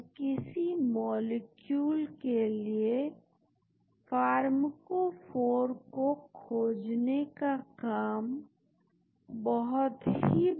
तो मैं बहुत ज्यादा नहीं जा रहा हूं स्कैफोल्ड होपिंग या लिंकिंग पद्धति या मेथड्स में लेकिन फिर यह वे तरीके हैं जो कि आपको मदद करेंगे ऐसी नई संरचना खोजने में जिसमें कि हो सकता है समान एक्टिविटी प्रदर्शित हो जिससे आपने शुरुआत करी थी